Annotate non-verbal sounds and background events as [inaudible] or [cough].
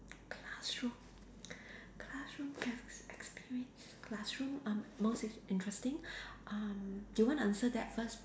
classroom [breath] classroom ex~ experience classroom um most in~ interesting um do you want to answer that first